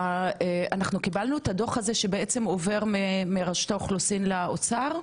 אנחנו קיבלנו את הדוח הזה שבעצם עובר מרשות האוכלוסין לאוצר?